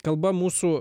kalba mūsų